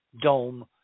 dome